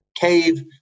cave